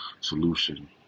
solution